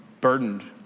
burdened